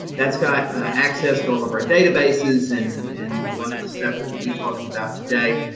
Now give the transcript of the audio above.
that's got access to all of our databases and and a lot of the stuff that we'll be talking about today,